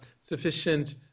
sufficient